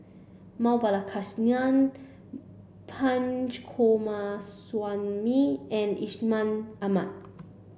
Map Balakrishnan Punch Coomaraswamy and Ishama Ahmad